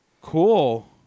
Cool